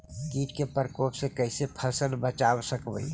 कीट के परकोप से कैसे फसल बचाब रखबय?